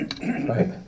right